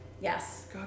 Yes